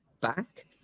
back